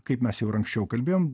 kaip mes jau ir anksčiau kalbėjom